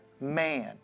man